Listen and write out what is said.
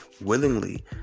willingly